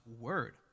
word